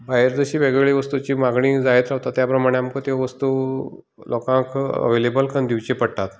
भायर जशी वेगळ्यावेगळ्या वस्तूची मागणी जायत रावता त्या प्रमाणे आमकां त्यो वस्तू लोकांक अवेलेबल करून दिवची पडटात